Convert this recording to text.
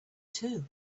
too